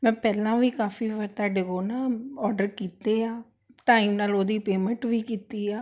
ਮੈਂ ਪਹਿਲਾਂ ਵੀ ਕਾਫੀ ਵਾਰ ਤੁਹਾਡੇ ਕੋਲ ਨਾ ਔਡਰ ਕੀਤੇ ਆ ਟਾਈਮ ਨਾਲ ਉਹਦੀ ਪੇਮੈਂਟ ਵੀ ਕੀਤੀ ਆ